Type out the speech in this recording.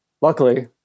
luckily